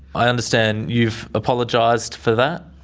i understand you've apologised for that.